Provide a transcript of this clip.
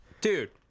Dude